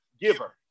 giver